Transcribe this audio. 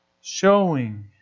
showing